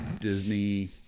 Disney